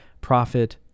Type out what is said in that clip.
profit